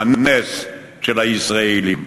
הנס של הישראלים.